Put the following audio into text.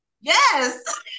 Yes